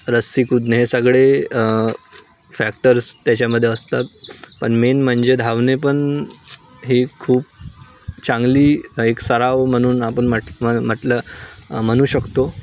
रस्सी कूदणे हे सगळे फॅक्टर्स त्याच्यामध्ये असतात पण मेन म्हणजे धावणे पण ही खूप चांगली एक सराव म्हणून आपण म्हट म म्हटलं म्हणू शकतो